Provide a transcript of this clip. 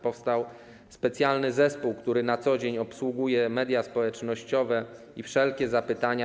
Powstał specjalny zespół, który na co dzień obsługuje media społecznościowe i wszelkie zapytania.